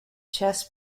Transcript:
chess